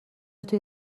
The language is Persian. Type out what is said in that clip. توی